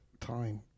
time